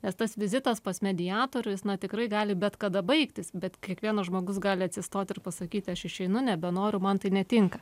nes tas vizitas pas mediatorių jis na tikrai gali bet kada baigtis bet kiekvienas žmogus gali atsistot ir pasakyti aš išeinu nebenoriu man tai netinka